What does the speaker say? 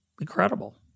incredible